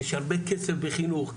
יש הרבה כסף בחינוך,